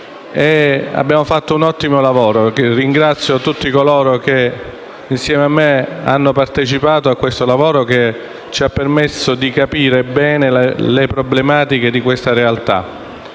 abbiamo svolto un ottimo lavoro. Ringrazio tutti coloro che insieme a me hanno partecipato a tale lavoro, che ci ha permesso di capire bene le problematiche connesse a questa realtà.